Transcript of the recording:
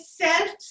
self